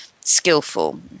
skillful